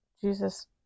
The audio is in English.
Jesus